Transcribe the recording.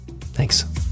Thanks